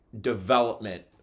development